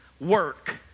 work